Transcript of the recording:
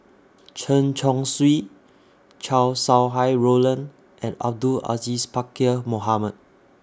Chen Chong Swee Chow Sau Hai Roland and Abdul Aziz Pakkeer Mohamed